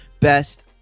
best